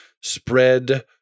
spread